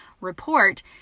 report